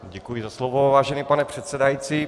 Děkuji za slovo, vážený pane předsedající.